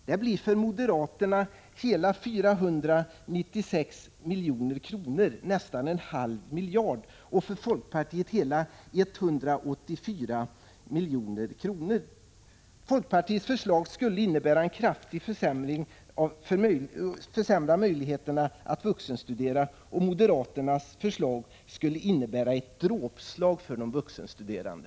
Det blir för moderaterna hela 496 milj.kr., nästan en halv miljard, och för folkpartiet hela 184 milj.kr. Folkpartiets förslag skulle kraftigt försämra möjligheterna till vuxenstudier, och moderaternas förslag innebär ett dråpslag mot de vuxenstuderande.